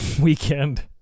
weekend